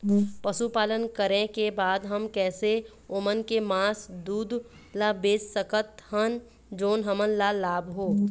पशुपालन करें के बाद हम कैसे ओमन के मास, दूध ला बेच सकत हन जोन हमन ला लाभ हो?